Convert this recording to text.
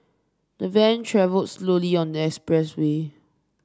the van travel slowly on the expressway